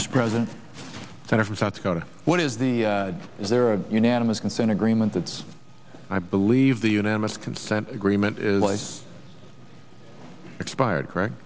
this president center for south dakota what is the is there a unanimous consent agreement that's i believe the unanimous consent agreement is place expired correct